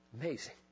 Amazing